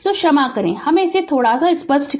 तो क्षमा करें हम इसे स्पष्ट कर दे